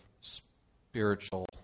spiritual